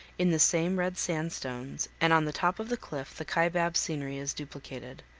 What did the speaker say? in the same red sandstones and on the top of the cliff the kaibab scenery is duplicated.